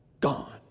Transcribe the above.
Gone